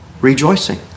rejoicing